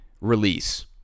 release